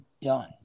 done